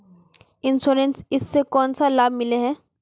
Insurance इस से कोन सा लाभ मिले है?